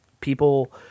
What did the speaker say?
People